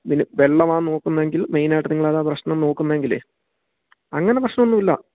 പിന്നെ വെള്ളമാണ് നോക്കുന്നതെങ്കിൽ മൈനായിട്ട് നിങ്ങൾ അതാ പ്രശ്നം നോക്കുന്നതെങ്കിൽ അങ്ങനെ പ്രശ്നൊന്നും ഇല്ല